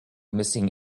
missing